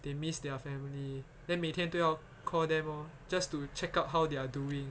they missed their family then 每天都要 call them orh just to check out how they are doing